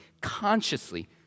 consciously